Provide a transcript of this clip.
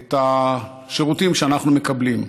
את השירותים שאנחנו מקבלים.